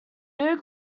new